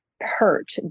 hurt